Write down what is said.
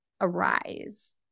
arise